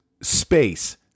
space